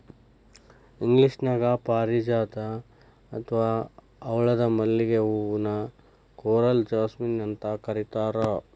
ಇಂಗ್ಲೇಷನ್ಯಾಗ ಪಾರಿಜಾತ ಅತ್ವಾ ಹವಳದ ಮಲ್ಲಿಗೆ ಹೂ ನ ಕೋರಲ್ ಜಾಸ್ಮಿನ್ ಅಂತ ಕರೇತಾರ